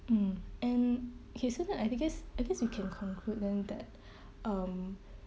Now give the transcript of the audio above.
mm and he said that uh because at least we can conclude then that um